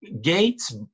Gates